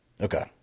okay